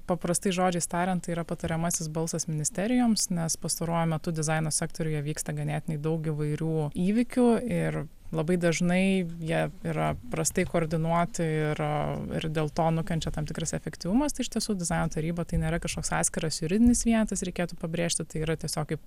paprastais žodžiais tariant tai yra patariamasis balsas ministerijoms nes pastaruoju metu dizaino sektoriuje vyksta ganėtinai daug įvairių įvykių ir labai dažnai jie yra prastai koordinuoti ir ir dėl to nukenčia tam tikras efektyvumas tai iš tiesų dizaino taryba tai nėra kažkoks atskiras juridinis vienetas reikėtų pabrėžti tai yra tiesiog kaip